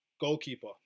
goalkeeper